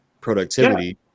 productivity